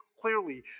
clearly